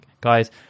guys